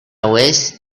wished